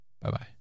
Bye-bye